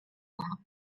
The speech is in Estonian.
taha